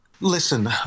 Listen